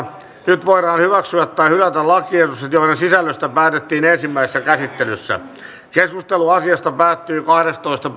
nyt voidaan hyväksyä tai hylätä lakiehdotukset joiden sisällöstä päätettiin ensimmäisessä käsittelyssä keskustelu asiasta päättyi kahdestoista